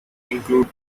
include